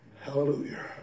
Hallelujah